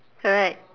correct